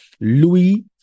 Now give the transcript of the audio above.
louis